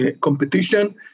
competition